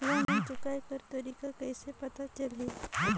Loan चुकाय कर तारीक कइसे पता चलही?